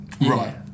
Right